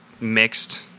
mixed